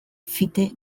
fite